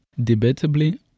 Debatably